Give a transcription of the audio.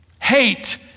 Hate